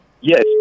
yes